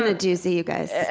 and doozy, you guys